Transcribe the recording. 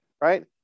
right